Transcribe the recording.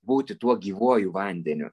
būti tuo gyvuoju vandeniu